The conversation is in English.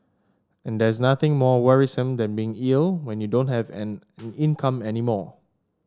and there's nothing more worrisome than being ill when you don't have an income any more